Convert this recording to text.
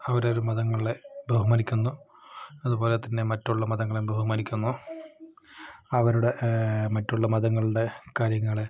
അവരവര് മതങ്ങളെ ബഹുമാനിക്കുന്നു അതുപോലെ തന്നെ മറ്റുള്ള മതങ്ങളെയും ബഹുമാനിക്കുന്നു അവരുടെ മറ്റുള്ള മതങ്ങളുടെ കാര്യങ്ങളെ